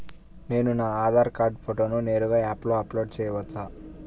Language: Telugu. నేను నా ఆధార్ కార్డ్ ఫోటోను నేరుగా యాప్లో అప్లోడ్ చేయవచ్చా?